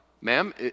ma'am